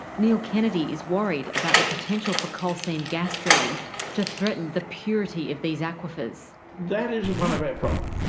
neil kennedy is worried about the potential for coal seam gas drilling to threaten the purity of these aquifers. that is one of our problems,